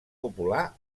popular